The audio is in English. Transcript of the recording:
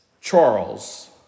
Charles